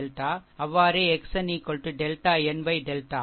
அவ்வாறே xn delta n delta